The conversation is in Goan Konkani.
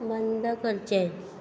बंद करचें